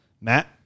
Matt